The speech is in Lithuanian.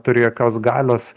turi jokios galios